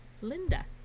Linda